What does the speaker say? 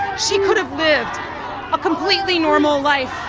she could have lived a completely normal life.